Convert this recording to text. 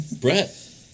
Brett